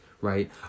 right